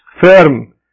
firm